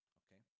okay